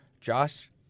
Josh